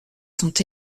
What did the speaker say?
sont